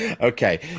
okay